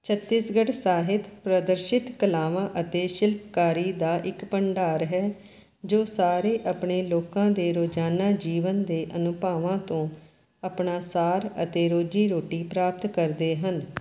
ਛੱਤੀਸਗੜ੍ਹ ਸਾਹਿਤ ਪ੍ਰਦਰਸ਼ਿਤ ਕਲਾਵਾਂ ਅਤੇ ਸ਼ਿਲਪਕਾਰੀ ਦਾ ਇੱਕ ਭੰਡਾਰ ਹੈ ਜੋ ਸਾਰੇ ਆਪਣੇ ਲੋਕਾਂ ਦੇ ਰੋਜ਼ਾਨਾ ਜੀਵਨ ਦੇ ਅਨੁਭਵਾਂ ਤੋਂ ਆਪਣਾ ਸਾਰ ਅਤੇ ਰੋਜ਼ੀ ਰੋਟੀ ਪ੍ਰਾਪਤ ਕਰਦੇ ਹਨ